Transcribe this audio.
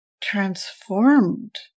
transformed